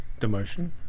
demotion